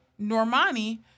Normani